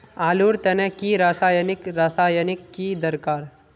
आलूर तने की रासायनिक रासायनिक की दरकार?